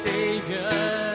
Savior